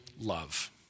love